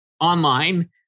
online